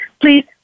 please